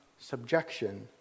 Subjection